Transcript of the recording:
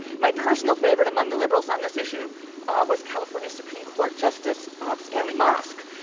my personal favorite among the liberals on this issue ah was california supreme court justice ah stanley mosk.